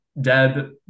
Deb